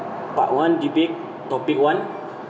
part one debate topic one